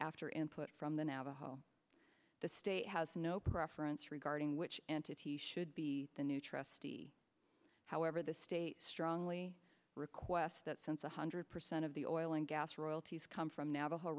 after input from the navajo the state has no preference regarding which entity should be the new trustee however the state strongly request that since a hundred percent of the oil and gas royalties come from n